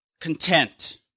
content